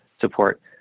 support